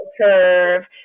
curve